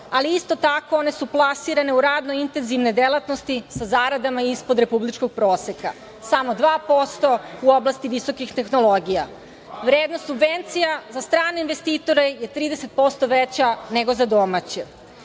ali isto tako one su plasirane u radno intenzivne delatnosti sa zaradama ispod republičkog proseka. Samo dva posto u oblasti visokih tehnologija. Vrednost subvencija za strane investitore je 30% veća nego za domaće.